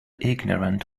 ignorant